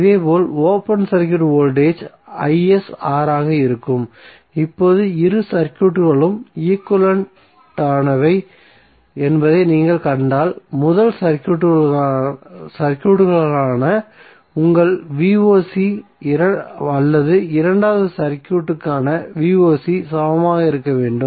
இதேபோல் open circuit voltage ஆக இருக்கும் இப்போது இரு சர்க்யூட்களும் ஈக்விவலெண்ட் ஆனவை என்பதை நீங்கள் கண்டால் முதல் சர்க்யூட்க்கான உங்கள் அல்லது இரண்டாவது சர்க்யூட்க்கான சமமாக இருக்க வேண்டும்